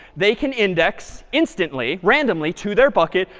they can index instantly, randomly, to their pocket,